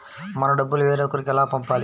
మన డబ్బులు వేరొకరికి ఎలా పంపాలి?